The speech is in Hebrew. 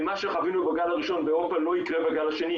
כי מה שחווינו בגל הראשון באירופה לא יקרה בגל השני,